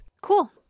Cool